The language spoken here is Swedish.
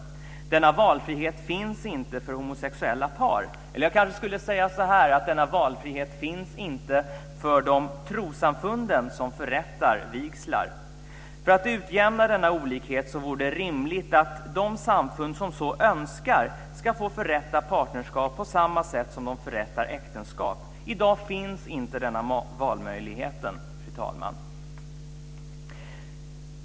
Denna valfrihet finns inte för homosexuella par. Eller kanske skulle jag säga så här: Denna valfrihet finns inte för de trossamfund som förrättar vigslar. För att utjämna denna olikhet vore det rimligt att de samfund som så önskar ska få förrätta partnerskap på samma sätt som de förrättar äktenskap. I dag finns inte denna valmöjlighet, fru talman.